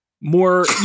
more